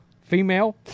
female